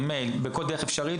במייל ובכל דרך אפשרית.